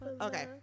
Okay